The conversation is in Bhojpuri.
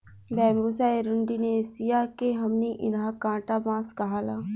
बैम्बुसा एरुण्डीनेसीया के हमनी इन्हा कांटा बांस कहाला